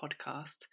podcast